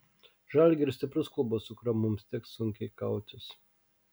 žalgiris stiprus klubas su kuriuo mums teks sunkiai kautis